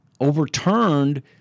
overturned